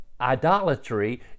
idolatry